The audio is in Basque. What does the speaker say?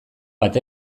bat